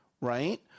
Right